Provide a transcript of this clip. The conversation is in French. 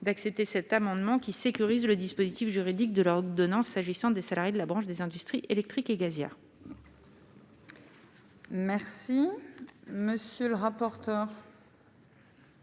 d'accepter cet amendement qui sécurise le dispositif juridique de l'ordonnance s'agissant des salariés de la branche des industries électriques et gazières. Merci, monsieur le rapporteur.